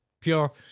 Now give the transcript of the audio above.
pure